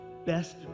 Best